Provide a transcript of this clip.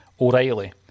O'Reilly